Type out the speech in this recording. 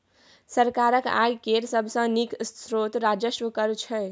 सरकारक आय केर सबसे नीक स्रोत राजस्व कर छै